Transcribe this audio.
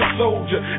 soldier